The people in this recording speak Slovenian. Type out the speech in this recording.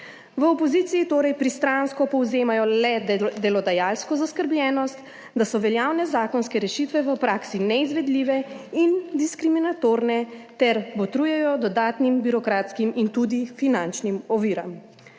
V opoziciji torej pristransko povzemajo le delodajalsko zaskrbljenost, da so veljavne zakonske rešitve v praksi neizvedljive in diskriminatorne ter botrujejo dodatnim birokratskim in tudi finančnim oviram.